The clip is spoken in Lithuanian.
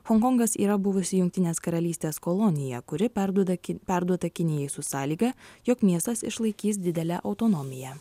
honkongas yra buvusi jungtinės karalystės kolonija kuri perduoda perduota kinijai su sąlyga jog miestas išlaikys didelę autonomiją